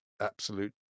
absolute